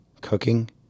cooking